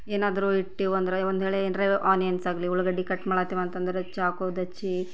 ಏನಾದ್ರು ಇಟ್ಟೀವಿ ಅಂದರೆ ಒಂದು ವೇಳೆ ಏನರೆ ಆನಿಯನ್ಸ್ ಆಗಲಿ ಉಳ್ಳಾಗಡ್ಡಿ ಕಟ್ ಮಾಡಾತೀವಿ ಅಂತಂದರೆ ಚಾಕು ಅಚ್ಚಿ